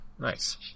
Nice